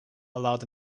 allowed